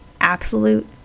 absolute